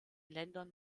ländern